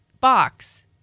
box